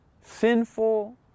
sinful